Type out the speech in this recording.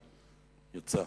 יצא,